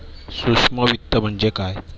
सूक्ष्म वित्त म्हणजे काय?